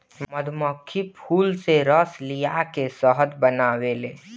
मधुमक्खी फूल से रस लिया के शहद बनावेले